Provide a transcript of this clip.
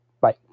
Bye